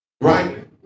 Right